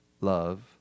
love